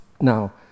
Now